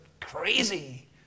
crazy